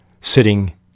sitting